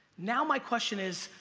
now my question is,